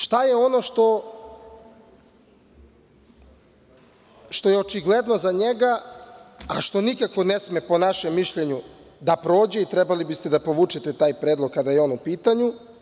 Šta je ono što je očigledno za njega, a što nikako ne sme po našem mišljenju da prođe i trebali biste da povučete taj predlog kada je on u pitanju?